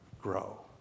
grow